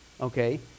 Okay